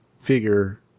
figure